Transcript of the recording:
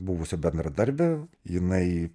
buvusią bendradarbę jinai